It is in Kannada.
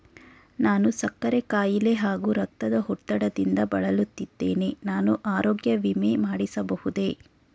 ನಾನು ಸಕ್ಕರೆ ಖಾಯಿಲೆ ಹಾಗೂ ರಕ್ತದ ಒತ್ತಡದಿಂದ ಬಳಲುತ್ತಿದ್ದೇನೆ ನಾನು ಆರೋಗ್ಯ ವಿಮೆ ಮಾಡಿಸಬಹುದೇ?